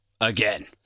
again